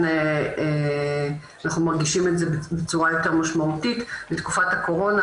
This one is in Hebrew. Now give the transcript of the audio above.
אנחנו מרגישים את זה בצורה יותר משמעותית בתקופת הקורונה,